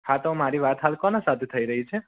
હા તો મારી વાત કોના સાથે થઈ રહી છે